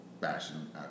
fashion